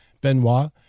benoit